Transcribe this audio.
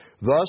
Thus